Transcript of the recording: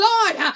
Lord